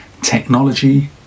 Technology